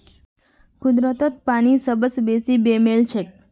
कुदरतत पानी सबस बेसी बेमेल छेक